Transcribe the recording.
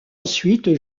ensuite